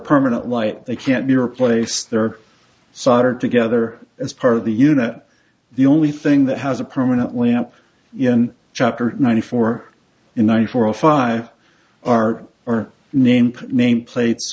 permanent light they can't be replaced they're soldered together as part of the unit the only thing that has a permanent lamp in chapter ninety four in one four or five are or name name plates